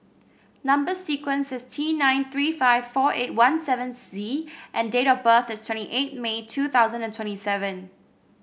number sequence is T nine three five four eight one seven Z and date of birth is twenty eight May two thousand and twenty seven